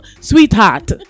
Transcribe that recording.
sweetheart